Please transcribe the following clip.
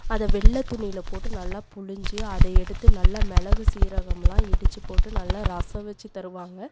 அதை வெள்ளை துணியில போட்டு நல்லா பிழிஞ்சி அதை எடுத்து நல்லா மிளகு சீரகம்லாம் இடித்து போட்டு நல்லா ரசம் வச்சு தருவாங்க